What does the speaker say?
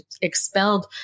expelled